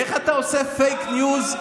מה, איך אתה עושה פייק ניוז?